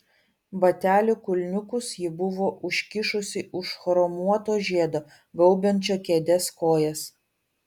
batelių kulniukus ji buvo užkišusi už chromuoto žiedo gaubiančio kėdės kojas